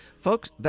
Folks